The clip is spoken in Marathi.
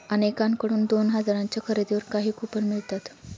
अनेकांकडून दोन हजारांच्या खरेदीवर काही कूपन मिळतात